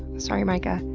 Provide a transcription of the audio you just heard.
sorry, micah.